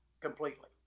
completely